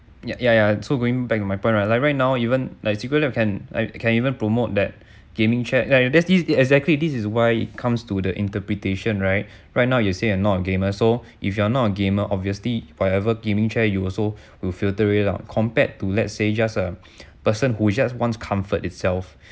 ya ya ya so going back to my point right like right now even like you go to can like can even promote that gaming chair ya there's this the exactly this is why it comes to the interpretation right right now you say I'm not a gamer so if you are not a gamer obviously whatever gaming chair you also will filter it out compared to let say just a person who just wants comfort itself